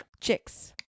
chicks